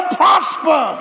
prosper